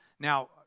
Now